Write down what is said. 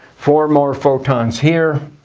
four more photons here.